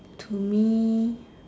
to me